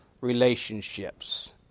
relationships